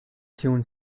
tune